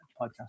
podcast